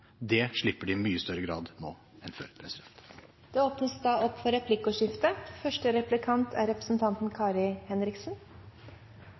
Det slipper de i mye større grad nå enn før. Det åpnes for replikkordskifte. Plassene i Nederland blir fylt opp